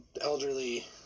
elderly